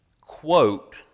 quote